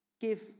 give